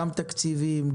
גם תקציבים,